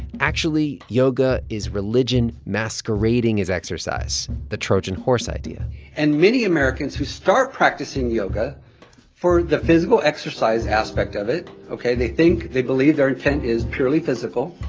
actually, yoga is religion masquerading as exercise the trojan horse idea and many americans who start practicing yoga for the physical exercise aspect of it ok? they think they believe their is purely physical,